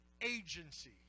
agency